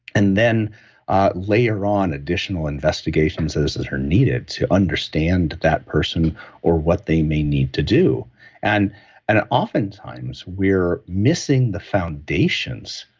and then layer on additional investigations that are needed to understand that person or what they may need to do and and ah oftentimes, we're missing the foundations.